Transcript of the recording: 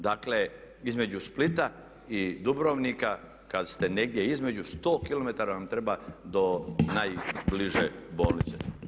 Dakle između Splita i Dubrovnika kada ste negdje između 100km vam treba do najbliže bolnice.